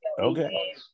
Okay